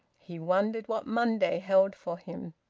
he wondered what monday held for him.